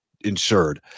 insured